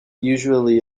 usually